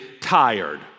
tired